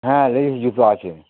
হ্যাঁ লেডিস জুতো আছে